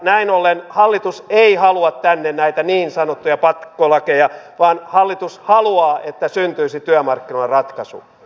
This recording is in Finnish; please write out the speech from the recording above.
näin ollen hallitus ei halua tänne näitä niin sanottuja pakkolakeja vaan hallitus haluaa että syntyisi työmarkkinaratkaisu